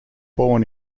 born